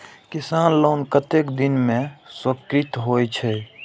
किसान लोन कतेक दिन में स्वीकृत होई छै?